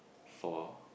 four